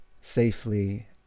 safely